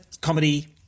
Comedy